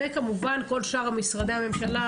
וכמובן כל שאר משרדי הממשלה,